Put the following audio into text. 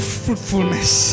fruitfulness